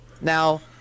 Now